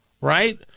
Right